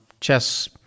chess